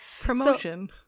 Promotion